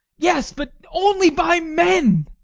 yes, but only by men!